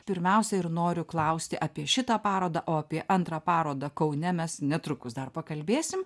pirmiausia ir noriu klausti apie šitą parodą o apie antrą parodą kaune mes netrukus dar pakalbėsim